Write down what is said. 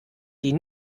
die